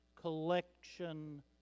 Collection